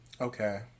Okay